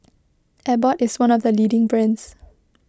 Abbott is one of the leading brands